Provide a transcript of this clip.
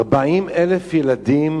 40,000 ילדים